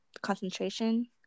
concentration